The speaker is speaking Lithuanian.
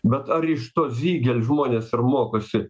bet ar iš to ziegel žmonės ir mokosi